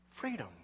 Freedom